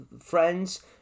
friends